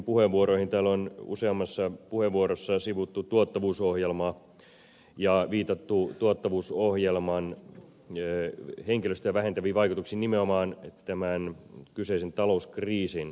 täällä on useassa puheenvuorossa sivuttu tuottavuusohjelmaa ja viitattu tuottavuusohjelman henkilöstöä vähentäviin vaikutuksiin nimenomaan tämän kyseisen talouskriisin aikakautena